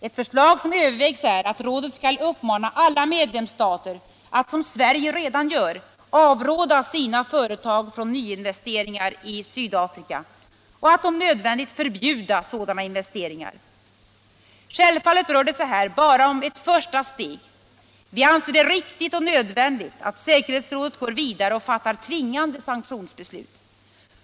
Ett förslag som övervägs är att rådet skall uppmana alla medlemsstater att, som Sverige redan gör, avråda sina företag från nyinvesteringar i Sydafrika och att, om nödvändigt, förbjuda sådana investeringar. Självfallet rör det sig här bara om ett första steg. Vi anser det riktigt och nödvändigt att säkerhetsrådet går vidare och fattar tvingande sanktionsbeslut.